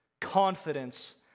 confidence